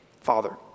Father